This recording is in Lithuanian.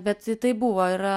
bet tai buvo ir